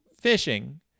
fishing